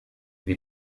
wie